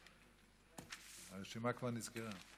הרשימה כבר נסגרה.